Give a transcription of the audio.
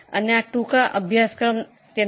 હું વરદરાજ બાપત છું